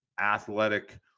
athletic